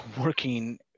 working